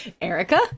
Erica